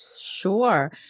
Sure